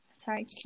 sorry